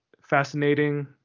fascinating